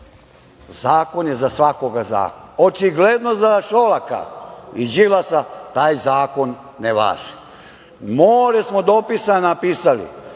Zakon je za svakoga zakon. Očigledno za Šolaka i Đilasa taj zakon ne važi. More smo dopisa napisali.